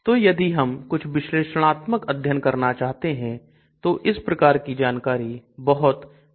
तो यदि हम कुछ विश्लेषणात्मक अध्ययन करना चाहते हैं तो इस प्रकार की जानकारी बहुत बहुत उपयोगी है